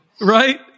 right